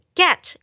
get